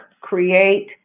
create